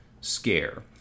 scare